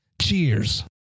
Cheers